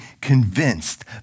convinced